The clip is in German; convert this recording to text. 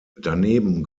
daneben